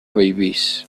bellvís